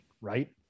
right